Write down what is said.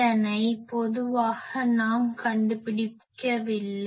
இதனை பொதுவாக நாம் கண்டுபிடிக்கவில்லை